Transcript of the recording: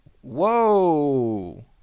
Whoa